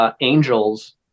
angels